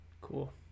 Cool